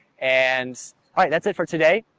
and alright that's it for today.